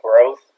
growth